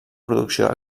producció